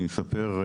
אני אספר,